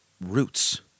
roots